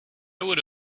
would